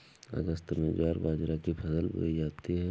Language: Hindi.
अगस्त में ज्वार बाजरा की फसल बोई जाती हैं